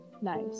nice